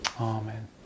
Amen